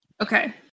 Okay